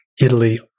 Italy